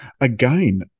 again